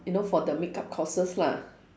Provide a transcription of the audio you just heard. you know for the makeup courses lah